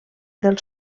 del